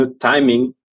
timing